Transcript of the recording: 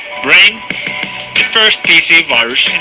brain first pc virus